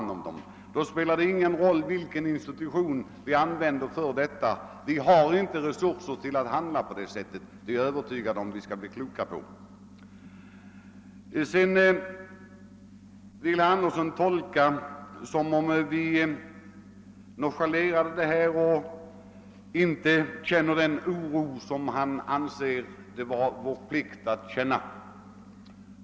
Det spelar alltså ingen roll vilken institution vi anlitar för denna uppgift — vi har ändå inte tiliräckliga resurser. Herr Andersson menar att vi nonchalerar problemet och inte känner den oro som han anser det vara vår plikt att känna.